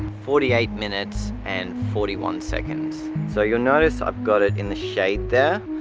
forty eight minutes and forty one seconds so you'll notice i've got it in the shade there.